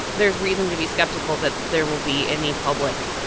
there's reason to be skeptical that there will be any public,